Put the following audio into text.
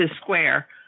square